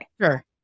Sure